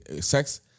sex